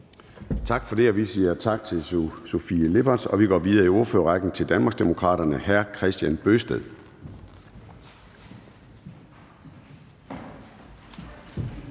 Gade): Vi siger tak til fru Sofie Lippert. Og vi går videre i ordførerrækken til Danmarksdemokraternes hr. Kristian Bøgsted.